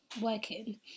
working